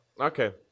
Okay